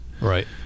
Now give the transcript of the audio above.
right